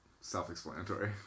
Self-explanatory